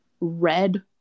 red